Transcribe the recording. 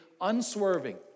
unswerving